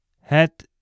Het